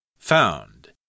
Found